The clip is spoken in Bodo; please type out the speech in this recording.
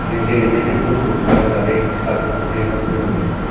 जों जेरैबायदि खस्थ' खालामनानै फिसाफोरखौ लेखा फोरोंदों